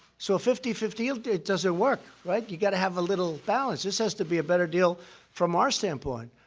so a fifty fifty deal, it doesn't work, right? you got to have a little balance. this has to be a better deal from our standpoint.